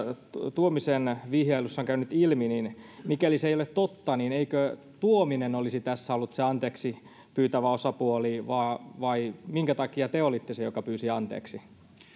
tuomisen vihjailussa on käynyt ilmi ei ole totta niin eikö tuominen olisi tässä ollut se anteeksipyytävä osapuoli vai minkä takia te olitte se joka pyysi anteeksi